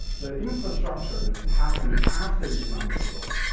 the infrastructures happen after economic growth.